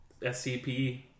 SCP